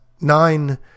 nine